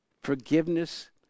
forgiveness